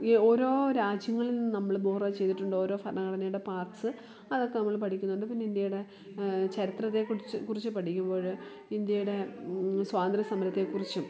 ഈ ഓരോ രാജ്യങ്ങളിൽ നിന്നു നമ്മൾ ബോറോ ചെയ്തിട്ടുണ്ട് ഓരോ ഭരണഘടനയുടെ പാട്ട്സ് അതൊക്കെ നമ്മൾ പഠിക്കുന്നുണ്ട് പിന്നിന്ത്യയുടെ ചരിത്രത്തേക്കുറിച്ച് കുറിച്ച് പഠിക്കുമ്പോൾ ഇന്ത്യയുടെ സ്വാതന്ത്ര സമരത്തെക്കുറിച്ചും